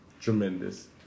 Tremendous